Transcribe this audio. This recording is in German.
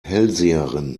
hellseherin